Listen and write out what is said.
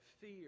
fear